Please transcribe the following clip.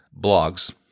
blogs